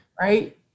Right